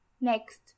next